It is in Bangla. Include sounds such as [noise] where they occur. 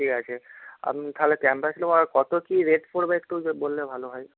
ঠিক আছে আমি তাহলে ক্যাম্পাস নেব আর কত কী রেট পড়বে একটু [unintelligible] বললে ভালো হয়